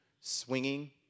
swinging